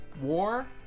War